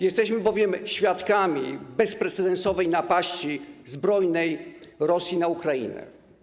Jesteśmy bowiem świadkami bezprecedensowej napaści zbrojnej Rosji na Ukrainę.